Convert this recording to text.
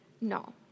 No